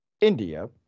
India